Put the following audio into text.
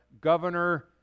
Governor